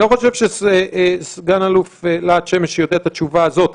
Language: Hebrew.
אני לא חושב שסגן אלוף להט שמש יודע את התשובה הזאת.